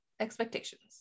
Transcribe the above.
expectations